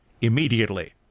immediately